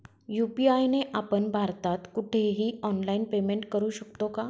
UPI ने आपण भारतात कुठेही ऑनलाईन पेमेंट करु शकतो का?